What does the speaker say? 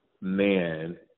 man